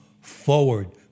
forward